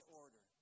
order